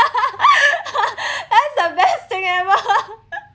the best thing ever